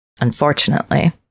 Unfortunately